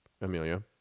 amelia